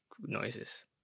noises